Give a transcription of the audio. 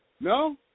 No